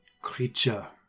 creature